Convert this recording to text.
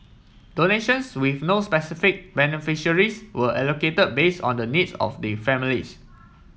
donations with no specific beneficiaries were allocated base on the needs of the families